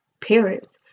parents